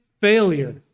failure